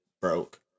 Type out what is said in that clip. broke